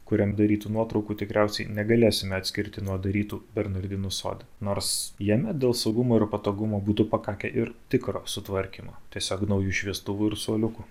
kuriam darytų nuotraukų tikriausiai negalėsime atskirti nuo darytų bernardinų sode nors jame dėl saugumo ir patogumo būtų pakakę ir tikro sutvarkymo tiesiog naujų šviestuvų ir suoliukų